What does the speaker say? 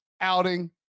outing